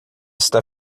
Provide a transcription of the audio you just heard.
está